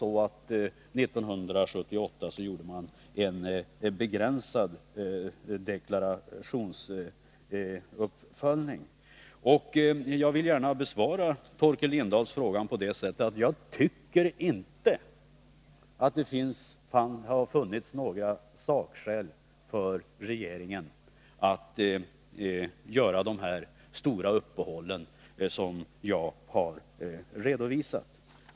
År 1978 gjordes en begränsad deklarationsuppföljning. Jag vill gärna besvara Torkel Lindahls fråga med att säga att jag inte tycker att det har funnits några sakskäl för regeringen att göra de stora uppehåll som jag här har redovisat.